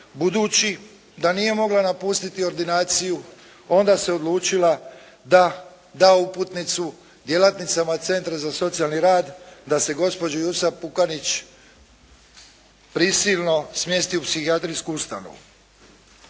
budući da nije mogla napustiti ordinaciju, onda se odlučila da da uputnicu djelatnicima Centra za socijalni rad da se gospođi Jusup Pukanić prisilno smjesti u psihijatrijsku ustanovu.